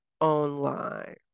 online